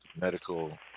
medical